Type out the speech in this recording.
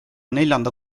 neljanda